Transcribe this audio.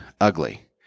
ugly